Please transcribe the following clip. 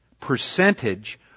percentage